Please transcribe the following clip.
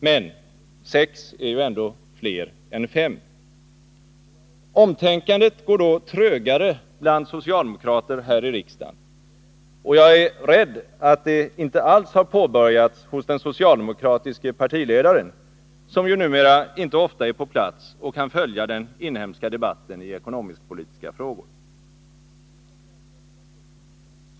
Men sex är ju ändå fler än fem. Omtänkandet går då trögare bland socialdemokrater här i riksdagen. Och jag är rädd att det inte alls påbörjats hos den socialdemokratiske partiledaren, som ju numera inte ofta är på plats och kan följa den inhemska debatten i ekonomisk-politiska frågor.